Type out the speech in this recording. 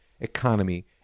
economy